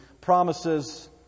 promises